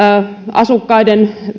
asukkaiden